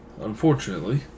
Unfortunately